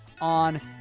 on